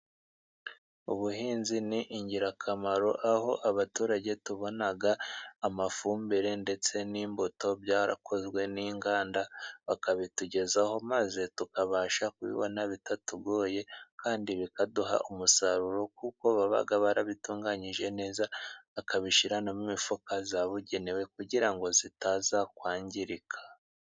Ubuhinzi ni ingirakamaro aho abaturage tubona amafumbire ndetse n'imbuto byarakozwe n'inganda, bakabitugezaho maze tukabasha kubibona bitatugoye, kandi bikaduha umusaruro, kuko baba barabitunganyije neza, bakabishyira no mu mifuka yabugenewe kugira ngo bitaza kwangirika.